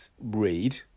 read